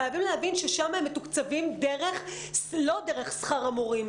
חייבים להבין ששם הם מתוקצבים לא דרך שכר המורים,